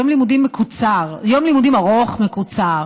זה יום לימודים מקוצר, יום לימודים ארוך מקוצר.